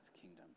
kingdom